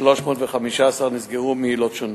315 נסגרו מעילות שונות.